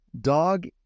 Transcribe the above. dog